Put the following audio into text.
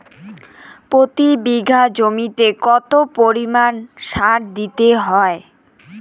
প্রতি বিঘা জমিতে কত পরিমাণ সার দিতে হয়?